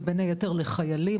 ובין היתר לחיילים,